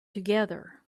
together